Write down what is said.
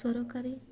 ସରକାରୀ